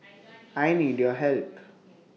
I need your help